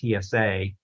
TSA